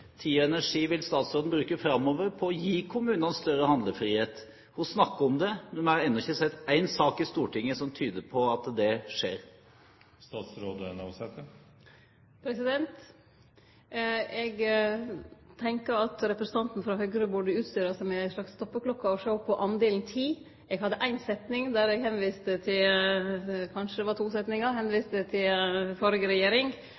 tid og energi vil statsråden bruke framover på å gi kommunene større handlefrihet? Hun snakker om det, men vi har ennå ikke sett én sak i Stortinget som tyder på at det skjer. Eg tenkjer at representanten frå Høgre burde utstyre seg med ei slags stoppeklokke og sjå på kor lang tid ein bruker på kva. Eg hadde éi setning – kanskje det var to – der eg viste til